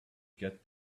get